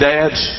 Dads